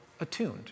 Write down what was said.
attuned